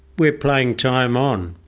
we're playing time on.